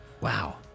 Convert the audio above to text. Wow